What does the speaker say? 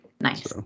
Nice